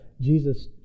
Jesus